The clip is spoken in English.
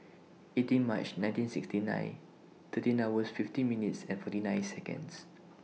eighteen March nineteen sixty nine thirteen hours fifty minutes and forty nine Seconds